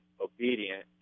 obedient